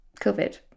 COVID